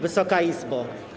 Wysoka Izbo!